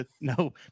No